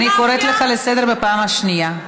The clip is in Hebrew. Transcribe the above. אני קוראת אותך לסדר בפעם שנייה.